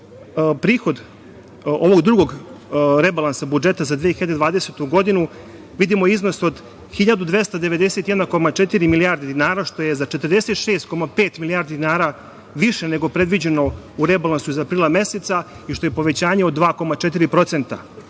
prihod ovog drugog rebalansa budžeta za 2020. godinu vidimo iznos od 1.291,4 milijarde dinara, što je za 46,5 milijardi dinara više nego predviđeno u rebalansu iz aprila meseca i što je povećanje od 2,4%.